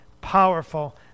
powerful